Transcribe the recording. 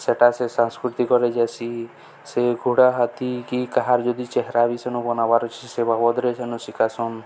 ସେଟା ସେ ସାଂସ୍କୃତି କରେ ଯାସି ସେ ଘୋଡ଼ା ହାତୀ କି କାହାର ଯଦି ଚେରା ବି ସେନୁ ବନାବାର ଅଛି ସେ ବାବଦରେ ସେନୁ ଶିିକାସନ୍